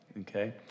Okay